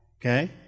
Okay